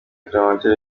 clementine